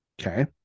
Okay